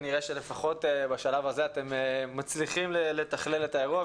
ונראה שלפחות בשלב הזה אתם מצליחים לתכלל את האירוע,